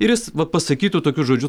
ir jis va pasakytų tokius žodžius